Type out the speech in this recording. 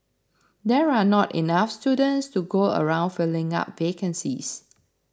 there are not enough students to go around filling up vacancies